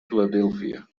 philadelphia